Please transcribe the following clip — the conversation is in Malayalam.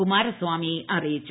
കുമാരസ്വാമി അറിയിച്ചു